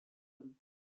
them